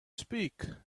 speak